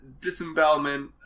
disembowelment